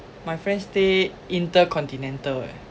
my friend stay intercontinental eh